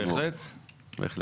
בהחלט בהחלט,